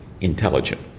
intelligent